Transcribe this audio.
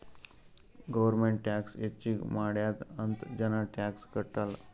government tax ಹೆಚ್ಚಿಗ್ ಮಾಡ್ಯಾದ್ ಅಂತ್ ಜನ ಟ್ಯಾಕ್ಸ್ ಕಟ್ಟಲ್